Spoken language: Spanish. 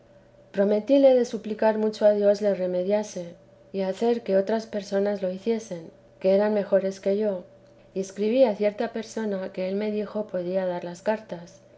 pfometíle de suplicar a dios le remediase y hacer que otras personas lo hiciesen que eran mejores que yo y escribí a cierta persona que él me dijo podía dar las cartas